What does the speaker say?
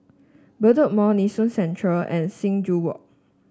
Bedok Mall Nee Soon Central and Sing Joo Walk